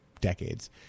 decades